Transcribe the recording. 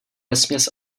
vesměs